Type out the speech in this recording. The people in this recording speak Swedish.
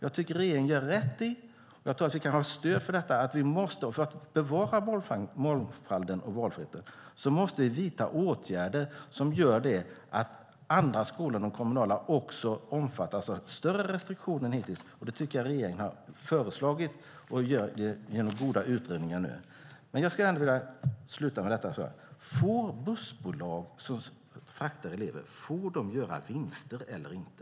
Jag tycker att regeringen gör rätt och att vi - och jag tror att vi kan ha stöd för detta - för att bevara mångfalden och valfriheten måste vidta åtgärder som gör att andra skolor än de kommunala omfattas av större restriktioner än hittills. Det tycker jag att regeringen har föreslagit och gör genom goda utredningar. Jag tror ändå att jag vill avsluta med detta: Får bussbolag som fraktar elever göra vinster eller inte?